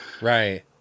Right